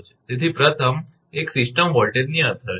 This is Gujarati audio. તેથી પ્રથમ એક સિસ્ટમ વોલ્ટેજની અસર છે